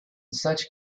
such